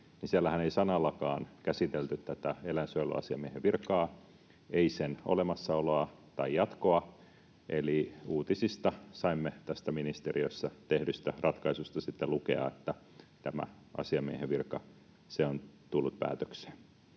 ei sanallakaan käsitelty tätä eläinsuojeluasiamiehen virkaa, ei sen olemassaoloa tai jatkoa. Eli uutisista saimme sitten lukea tästä ministeriössä tehdystä ratkaisusta, että tämä asiamiehen virka on tullut päätökseen.